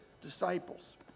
disciples